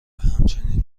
همچنین